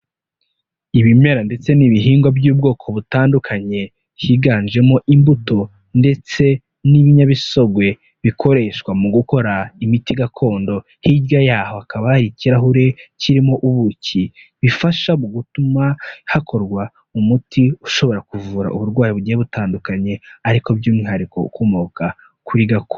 Ibimera ndetse n'ibihingwa by'ubwoko butandukanye higanjemo imbuto ndetse n'ibinyabisogwe bikoreshwa mu gukora imiti gakondo, hirya yaho hakaba ikirahure kirimo ubuki, bifasha mu gutuma hakorwa umuti ushobora kuvura uburwayi bugiye butandukanye ariko by'umwihariko ukomoka kuri gakondo.